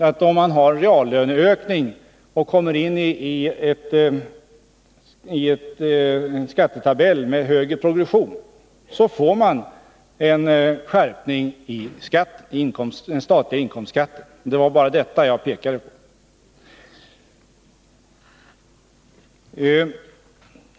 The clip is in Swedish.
Får man en reallöneökning och hamnar i en tabell med högre progression, får man givetvis en skärpning av den statliga inkomstskatten. Det var detta jag pekade på.